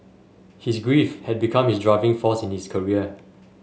his grief had become his driving force in his career